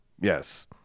Yes